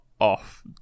off